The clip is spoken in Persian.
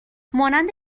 مانند